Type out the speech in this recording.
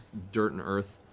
dirt and earth.